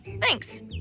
Thanks